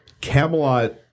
Camelot